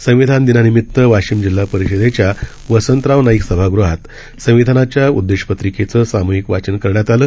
संविधान दिनानिमित वाशिम जिल्हा परिषदेच्या वसंतराव नाईक सभागृहात संविधानाच्या उददेशपत्रिकेचे साम्हिक वाचन करण्यात आले